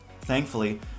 Thankfully